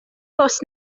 bws